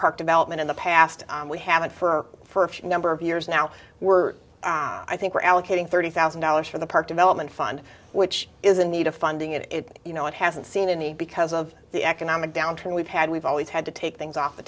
park development in the past we haven't for for number of years now we're i think we're allocating thirty thousand dollars for the park development fund which is in need of funding and you know it hasn't seen any because of the economic downturn we've had we've always had to take things off the